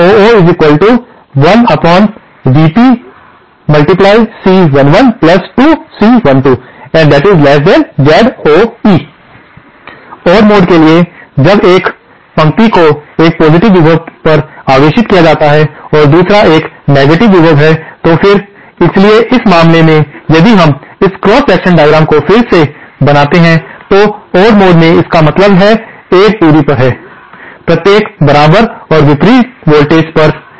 CeffC112C12 Zoo1vpC112C12Zoe odd mode के लिए जब एक पंक्ति को एक पॉजिटिव विभव पर आवेशित किया जाता है और दूसरा एक नेगेटिव विभव है तो फिर इसलिए इस मामले में यदि हम इस क्रॉस सेक्शनल डायग्राम को फिर से बनाते हैं तो ओड मोड में इसका मतलब है एक दूरी पर है प्रत्येक बराबर और विपरीत वोल्टेजस पर हैं